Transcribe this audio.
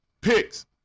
picks